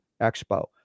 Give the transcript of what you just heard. Expo